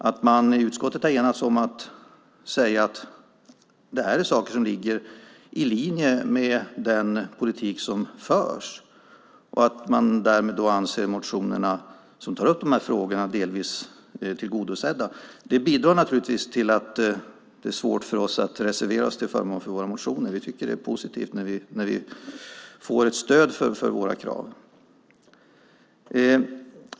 Man har i utskottet enats om att säga att det är saker som ligger i linje med den politik som förs. Därmed anser man att motionerna som tar upp de här frågorna delvis är tillgodosedda. Det bidrar naturligtvis till att det är svårt för oss att reservera oss till förmån för våra motioner. Vi tycker att det är positivt när vi får ett stöd för våra krav.